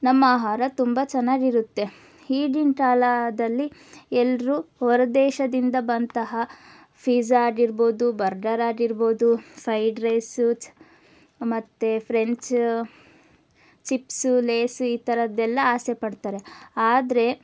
ನಮ್ಮ ಆಹಾರ ತುಂಬ ಚೆನ್ನಾಗಿರುತ್ತೆ ಈಗಿನ್ ಕಾಲದಲ್ಲಿ ಎಲ್ರು ಹೊರದೇಶದಿಂದ ಬಂದ ಫಿಝಾ ಆಗಿರ್ಬೋದು ಬರ್ಗರ್ ಆಗಿರ್ಬೋದು ಫೈಡ್ ರೈಸ್ ಮತ್ತೆ ಫ್ರೆಂಚ್ ಚಿಪ್ಸು ಲೇಸು ಈ ಥರದ್ದೆಲ್ಲ ಆಸೆ ಪಡ್ತಾರೆ ಆದರೆ